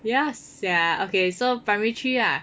ya sia okay so primary three lah